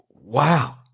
wow